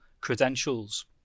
credentials